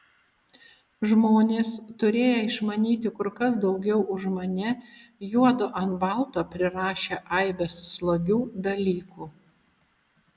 žmonės turėję išmanyti kur kas daugiau už mane juodu ant balto prirašė aibes slogių dalykų